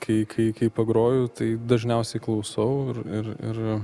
kai kai kai pagroju tai dažniausiai klausau ir ir ir